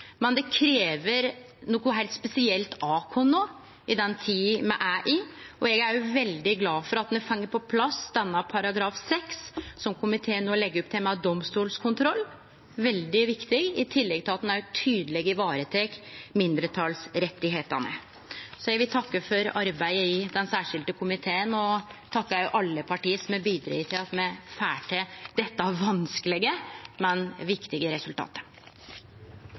Men dette krev noko heilt spesielt av oss – i den tida me er i. Eg er òg veldig glad for at me får på plass § 6, som komiteen no legg opp til, med domstolskontroll. Det er veldig viktig, i tillegg til at ein tydeleg tek i vare mindretalsrettane. Eg vil takke for arbeidet i den særskilde komiteen, og eg vil takke alle parti som har bidrege til at me får til dette vanskelege, men viktige